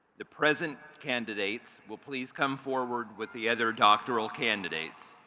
the present candidates will please come forward with the other doctoral candidates.